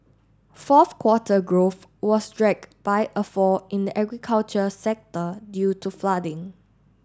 fourth quarter growth was dragged by a fall in the agriculture sector due to flooding